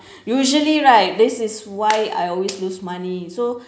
usually right this is why I always lose money so